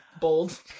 Bold